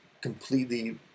completely